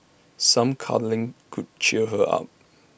some cuddling could cheer her up